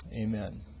Amen